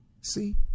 see